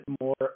more